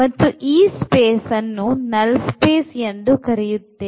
ಮತ್ತು ಈ space ಅನ್ನು null space ಎಂದು ಕರೆಯುತ್ತೇವೆ